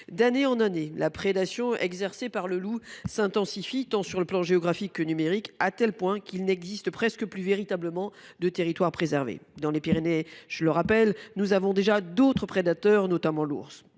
D’année en année, la prédation exercée par le loup s’intensifie, tant sur le plan géographique que numérique, à tel point qu’il n’existe plus véritablement de territoire préservé. Dans les Pyrénées – je le rappelle –, nous avons déjà d’autres prédateurs, notamment l’ours.